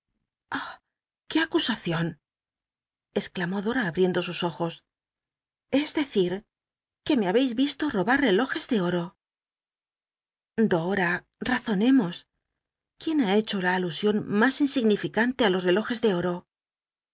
acusacion exclamó dora abricntlo sus ojos es decir qu e me habeis visto robar rclojcs de or'o dora mzoncmos q uién ha hecho la alusion mas insigniflcan te i los relojcs de oro